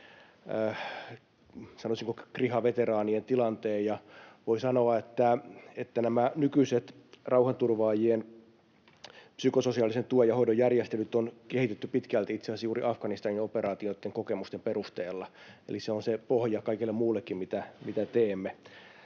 sanoisinko, kriha-veteraanien tilanteen. Voi sanoa, että nämä nykyiset rauhanturvaajien psykososiaalisen tuen ja hoidon järjestelyt on kehitetty pitkälti itse asiassa juuri Afganistanin operaatioiden kokemusten perusteella. Eli se on se pohja kaikelle muullekin, mitä teemme.